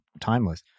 timeless